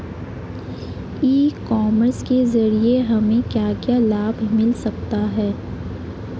ई commerce के ज़रिए हमें क्या क्या लाभ मिल सकता है?